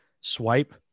swipe